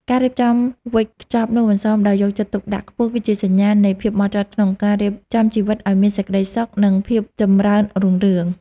ការរៀបចំវេចខ្ចប់នំអន្សមដោយយកចិត្តទុកដាក់ខ្ពស់គឺជាសញ្ញាណនៃភាពហ្មត់ចត់ក្នុងការរៀបចំជីវិតឱ្យមានសេចក្ដីសុខ និង ភាពចម្រើនរុងរឿង។